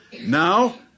now